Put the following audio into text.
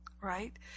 right